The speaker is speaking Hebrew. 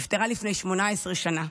נפטרה לפני 18 שנה.